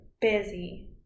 busy